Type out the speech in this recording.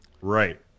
Right